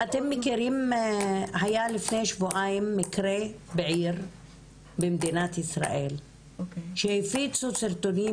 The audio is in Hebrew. היה לפני שבועיים מקרה בעיר במדינת ישראל שהפיצו סרטונים